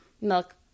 milk